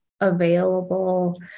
available